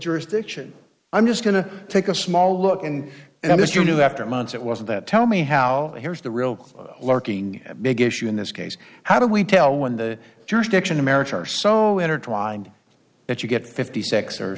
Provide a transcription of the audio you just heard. jurisdiction i'm just going to take a small look and and this you know after months it wasn't that tell me how here's the real larking big issue in this case how do we tell when the jurisdiction america are so intertwined that you get fifty six or